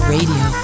Radio